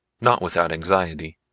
not without anxiety.